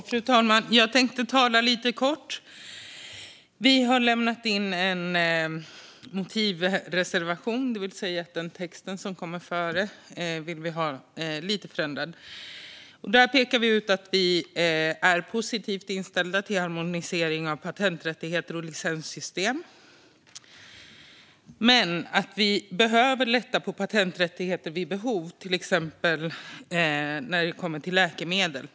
Fru talman! Jag tänkte tala lite kort. Vi har lämnat in en motivreservation, det vill säga att vi vill ha texten lite förändrad. Vi pekar ut att vi är positivt inställda till harmonisering av patenträttigheter och licenssystem men att man behöver lätta på patenträttigheter vid behov, till exempel när det kommer till läkemedel.